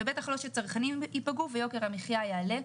בטח לא שצרכנים ייפגעו ויוקר המחיה יעלה.